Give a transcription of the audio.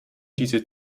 diese